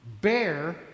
bear